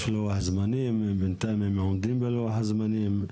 יש לוח זמנים, בינתיים הם עומדים בלוח הזמנים.